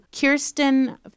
Kirsten